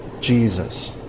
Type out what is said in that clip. Jesus